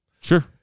Sure